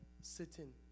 sitting